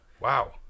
Wow